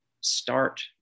start